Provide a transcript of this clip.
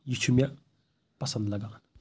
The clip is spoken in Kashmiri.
یہِ چھُ مےٚ پَسنٛد لگان